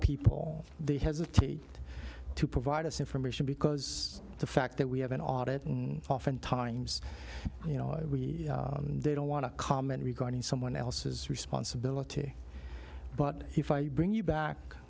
people they hesitate to provide us information because the fact that we have an audit oftentimes you know we don't want to comment regarding someone else's responsibility but if i bring you back